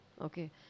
Okay